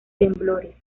temblores